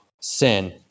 sin